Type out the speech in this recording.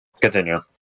Continue